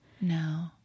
no